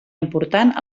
important